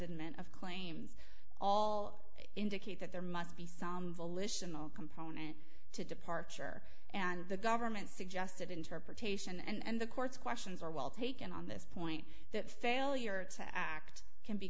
nment of claims all indicate that there must be some volitional component to departure and the government suggested interpretation and the courts questions are well taken on this point that failure to act can be